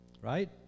Right